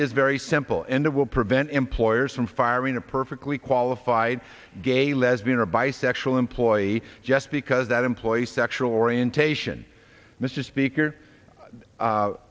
is very simple and it will prevent employers from firing a perfectly qualified gay lesbian or bisexual employee just because that employee's sexual orientation mr speaker